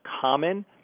common